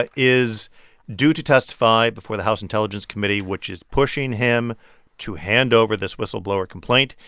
ah is due to testify before the house intelligence committee, which is pushing him to hand over this whistleblower complaint.